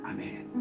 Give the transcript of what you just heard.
Amen